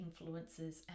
influences